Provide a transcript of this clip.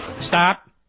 Stop